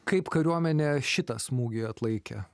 kaip kariuomenė šitą smūgį atlaikė